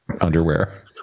underwear